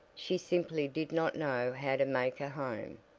she simply did not know how to make a home.